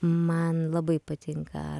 man labai patinka